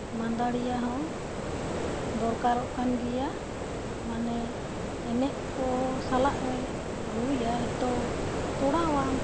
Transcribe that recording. ᱢᱟᱸᱫᱟᱹᱲᱤᱭᱟᱹ ᱦᱚᱸ ᱫᱚᱨᱠᱟᱨᱚᱜ ᱠᱟᱱ ᱜᱮᱭᱟ ᱢᱟᱱᱮ ᱮᱱᱮᱡ ᱠᱚ ᱥᱟᱞᱟᱜ ᱨᱮ ᱨᱩᱭᱟᱭ ᱛᱚ ᱛᱚᱲᱟᱣᱟᱢ